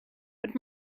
but